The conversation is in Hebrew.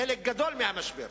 לחלק גדול מהמשבר,